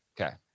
okay